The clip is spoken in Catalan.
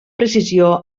precisió